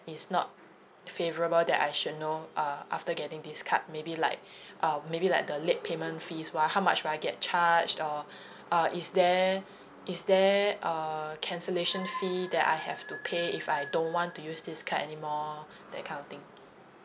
is not favourable that I should know uh after getting this card maybe like um maybe like the late payment fees will I how much do I get charged or uh is there is there a cancellation fee that I have to pay if I don't want to use this card anymore that kind of thing